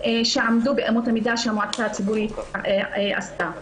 שעמדו באמות המידה שהמועצה הציבורית קבעה.